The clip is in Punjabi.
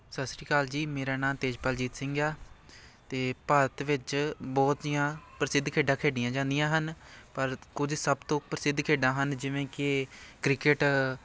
ਸਤਿ ਸ਼੍ਰੀ ਅਕਾਲ ਜੀ ਮੇਰਾ ਨਾਮ ਤੇਜਪਾਲਜੀਤ ਸਿੰਘ ਆ ਅਤੇ ਭਾਰਤ ਵਿੱਚ ਬਹੁਤੀਆਂ ਪ੍ਰਸਿੱਧ ਖੇਡਾਂ ਖੇਡੀਆਂ ਜਾਂਦੀਆਂ ਹਨ ਪਰ ਕੁਝ ਸਭ ਤੋਂ ਪ੍ਰਸਿੱਧ ਖੇਡਾਂ ਹਨ ਜਿਵੇਂ ਕਿ ਕ੍ਰਿਕਟ